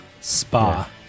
Spa